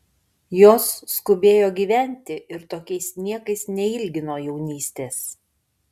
jos skubėjo gyventi ir tokiais niekais neilgino jaunystės